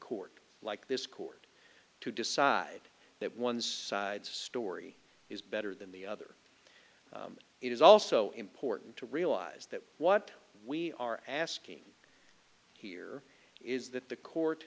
court like this court to decide that one side's story is better than the other it is also important to realise that what we are asking here is that the court